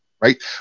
right